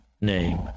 name